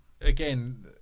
again